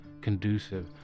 conducive